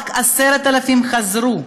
רק 10,000 חזרו.